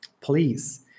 please